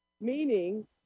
meaning